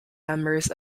members